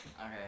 Okay